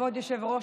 כבוד היושב-ראש,